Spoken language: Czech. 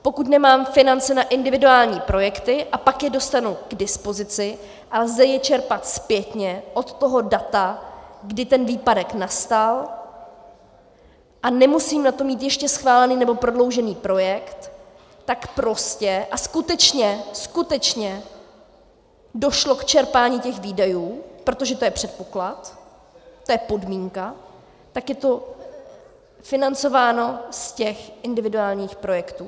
Pokud nemám finance na individuální projekty a pak je dostanu k dispozici a lze je čerpat zpětně od toho data, kdy ten výpadek nastal, a nemusím na to mít ještě schválený nebo prodloužený projekt, tak prostě a skutečně skutečně došlo k čerpání těch výdajů, protože to je předpoklad, to je podmínka, tak je to financováno z těch individuálních projektů.